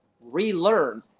relearn